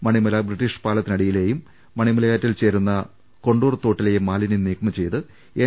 Manimala British പാലത്തിനടിയിലേയും മണിമല യാറ്റിൽ ചേരുന്ന കൊണ്ടൂർ തോട്ടിലേയും മാലിനൃം നീക്കം ചെയ്ത് എൻ